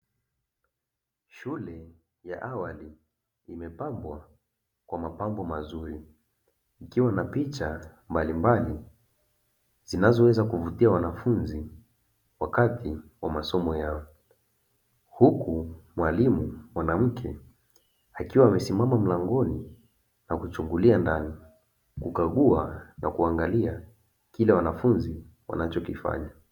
Shule ya awali imepambwa kwa mapambo mazuri ikiwa na picha mbalimbali zinazoweza kuvutia wanafunzi wakati wa masomo yao, huku mwalimu mwanamke akiwa amesimama mlangoni na kuchungulia ndani kukagua na kuangalia kile wanafunzi wanachokifanya.